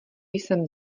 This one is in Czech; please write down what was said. jsem